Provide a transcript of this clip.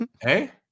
Hey